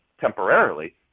temporarily